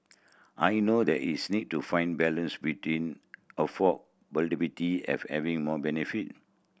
I know that is need to find balance between having more benefit